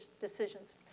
decisions